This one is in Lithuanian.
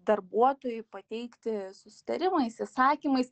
darbuotojui pateikti susitarimais įsakymais